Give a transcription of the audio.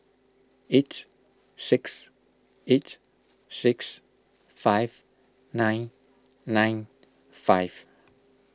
eight six eight six five nine nine five